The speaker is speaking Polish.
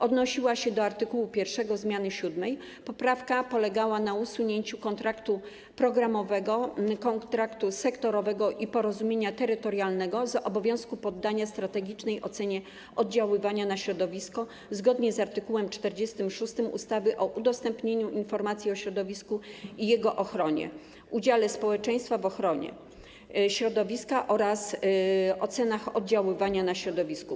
Odnosiła się do art. 1 zmiany 7. i polegała na wyłączeniu kontraktu programowego, kontraktu sektorowego i porozumienia terytorialnego z obowiązku poddania ich strategicznej ocenie oddziaływania na środowisko zgodnie z art. 46 ustawy o udostępnianiu informacji o środowisku i jego ochronie, udziale społeczeństwa w ochronie środowiska oraz o ocenach oddziaływania na środowisko.